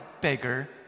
beggar